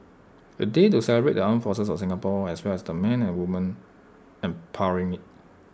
A day to celebrate the armed forces of Singapore as well as the men and women powering IT